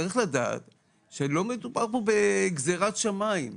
צריך לדעת שלא מדובר פה בגזרת שמיים,